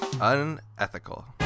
Unethical